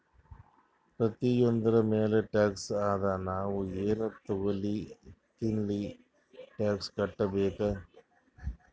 ಪ್ರತಿಯೊಂದ್ರ ಮ್ಯಾಲ ಟ್ಯಾಕ್ಸ್ ಅದಾ, ನಾವ್ ಎನ್ ತಗೊಲ್ಲಿ ತಿನ್ಲಿ ಟ್ಯಾಕ್ಸ್ ಕಟ್ಬೇಕೆ